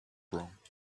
wrong